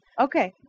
okay